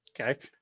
Okay